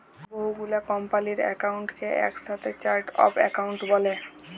বহু গুলা কম্পালির একাউন্টকে একসাথে চার্ট অফ একাউন্ট ব্যলে